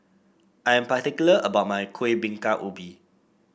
I am particular about my Kueh Bingka Ubi